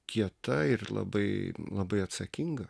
kieta ir labai labai atsakinga